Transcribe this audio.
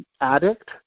addict